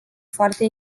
foarte